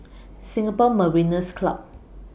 Singapore Mariners' Club